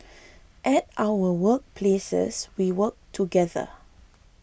at our work places we work together